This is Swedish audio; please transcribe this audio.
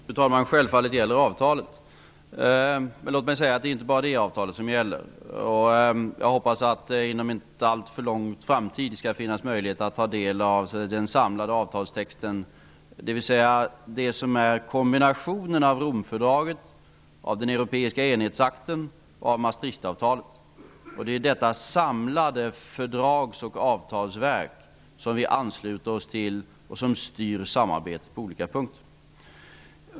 Fru talman! Självfallet gäller avtalet. Men låt mig säga att det inte bara är det avtalet som gäller. Jag hoppas att det inom en inte alltför avlägsen framtid skall finnas möjligheter att ta del av den samlade avtalstexten, dvs. det som är en kombination av Romfördraget, av den europeiska enhetsakten och av Maastrichtavtalet. Det är detta samlade fördrags och avtalsverk som vi ansluter oss till och som styr samarbetet på olika punkter.